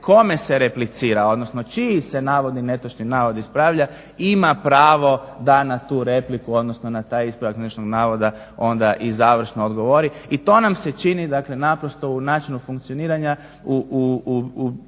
kome se replicira, odnosno čiji se netočni navod ispravlja ima pravo da na tu repliku odnosno na taj ispravak netočnog navoda onda i završno odgovori i to nam se čini naprosto u načinu funkcioniranja, pa